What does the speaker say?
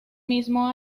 mismo